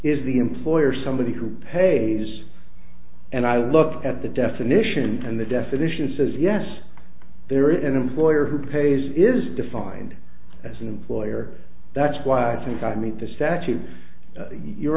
is the employer or somebody who pays and i look at the definition and the definition says yes there is an employer who pays is defined as an employer that's why i think i meet the statute your